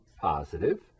positive